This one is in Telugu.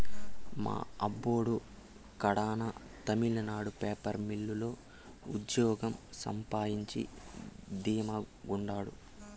మా అబ్బోడు కడాన తమిళనాడు పేపర్ మిల్లు లో ఉజ్జోగం సంపాయించి ధీమా గుండారు